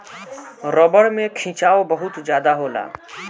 रबड़ में खिंचाव बहुत ज्यादा होला